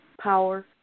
power